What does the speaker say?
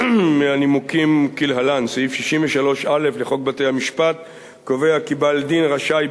מהנימוקים כלהלן: סעיף 63(א) קובע כי בעל-דין רשאי,